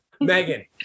Megan